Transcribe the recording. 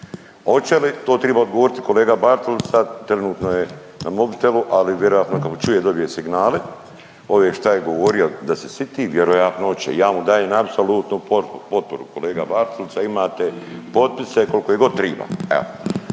Oče li to treba odgovoriti kolega Bartulica, trenutno je na mobitelu, ali vjerojatno kako čujem, dobio je signale ove šta je govorio da se siti, vjerojatno oče. Ja mu dajem apsolutnu potporu. Kolega Bartulica imate potpise koliko ih god triba,